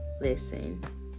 listen